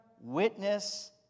witness